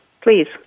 please